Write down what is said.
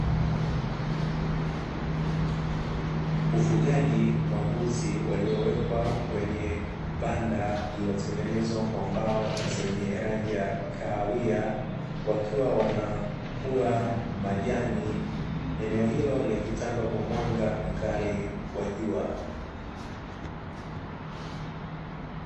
Ufugaji wa mbuzi waliowekwa kwenye banda lililo tengenezwa kwa mbao zenye rangi zenye ya kahawia wakiwa wanakula majani. Eneo hilo likitanda kwa mwanga mkali wa jua.